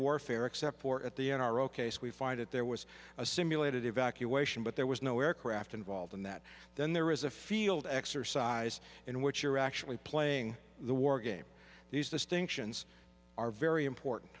warfare except for at the n r o case we find that there was a simulated evacuation but there was no aircraft involved in that then there is a field exercise in which you're actually playing the war game these distinctions are very important